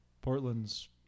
portland's